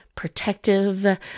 protective